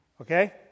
okay